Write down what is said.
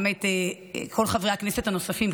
גם את כל חברי הכנסת הנוספים,